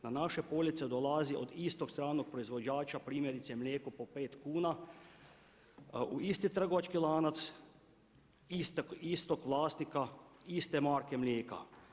Na naše police dolazi od isto stranog proizvođača primjerice mlijeko po pet kuna u isti trgovački lanac, istog vlasnika, iste marke mlijeka.